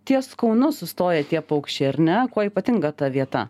ties kaunu sustoja tie paukščiai ar ne kuo ypatinga ta vieta